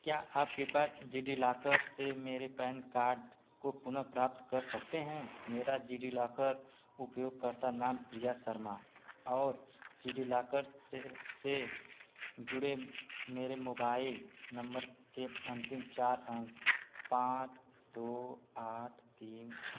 क्या आप कृपया जिडीलॉकर से मेरे पैन कार्ड को पुनः प्राप्त कर सकते हैं मेरा जिडीलॉकर उपयोगकर्ता नाम प्रिया शर्मा है और जिडीलॉकर से से जुड़े मेरे मोबाइल नंबर के अंतिम चार अंक पांच दो आठ तीन है